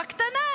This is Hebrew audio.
בקטנה,